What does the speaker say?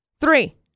three